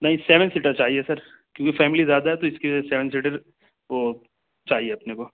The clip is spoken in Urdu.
نہیں سیون سیٹر چاہیے سر کیونکہ فیملی زیادہ ہے تو اس کی وجہ سے سیون سیٹر وہ چاہیے اپنے کو